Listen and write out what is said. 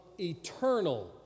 eternal